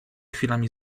chwilami